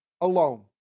alone